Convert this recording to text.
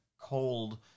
cold